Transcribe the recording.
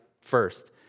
first